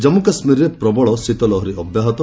ଜାମ୍ମୁ କାଶ୍ମୀରରେ ପ୍ରବଳ ଶୀତଲହରି ଅବ୍ୟାହତ